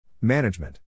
Management